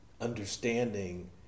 understanding